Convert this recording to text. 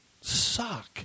suck